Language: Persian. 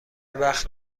وقت